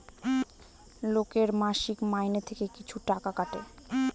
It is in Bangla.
লোকের মাসিক মাইনে থেকে কিছু টাকা কাটে